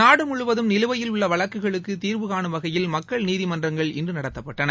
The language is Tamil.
நாடு முழுவதும் நிலுவையில் உள்ள வழக்குகளுக்கு தீர்வு காணும் வகையில் மக்கள் நீதிமன்றங்கள் இன்று நடத்தப்பட்டன